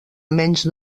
menys